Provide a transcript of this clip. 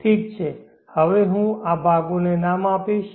ઠીક છે હવે હું આ ભાગોને નામ આપીશ